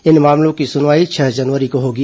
इन मामलों की सुनवाई छह जनवरी को होगी